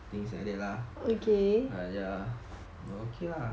things like that lah ya okay lah